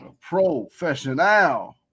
Professional